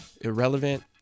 irrelevant